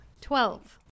Twelve